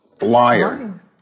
liar